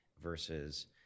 versus